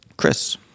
Chris